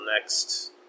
next